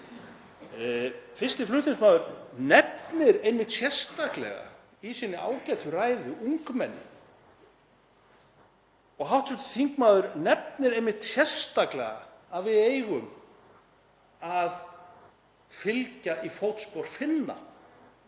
Fyrsti flutningsmaður nefnir einmitt sérstaklega í sinni ágætu ræðu ungmenni. Hv. þingmaður nefnir sérstaklega að við eigum að feta í fótspor Finna